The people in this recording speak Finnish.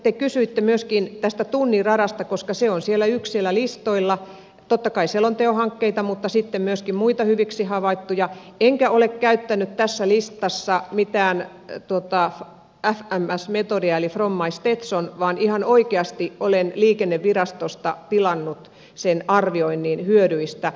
te kysyitte myöskin tästä tunnin radasta koska se on yksi siellä listoilla ja totta kai selonteon hankkeita mutta sitten on myöskin muita hyviksi havaittuja enkä ole käyttänyt tässä listassa mitään fms metodia eli from my stetson vaan ihan oikeasti olen liikennevirastosta tilannut arvioinnin hyödyistä